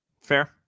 Fair